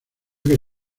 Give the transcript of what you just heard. que